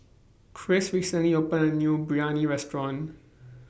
Christ recently opened A New Biryani Restaurant